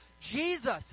jesus